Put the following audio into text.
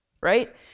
right